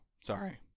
Sorry